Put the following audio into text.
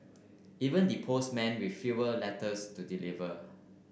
even the postmen with fewer letters to deliver